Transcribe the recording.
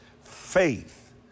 faith